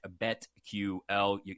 betql